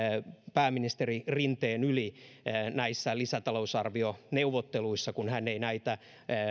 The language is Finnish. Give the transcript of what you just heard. pääministeri rinteen yli näissä lisätalousarvioneuvotteluissa kun hän ei näitä